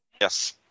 Yes